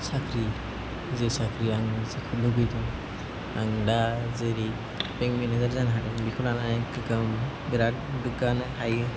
साख्रि जे साख्रिया आं जाखो लुगैदों आं दा जेरै बेंक मेनेजार जानो हादों बेखौ लानानै गोग्गायो बेराद गोग्गानो हायो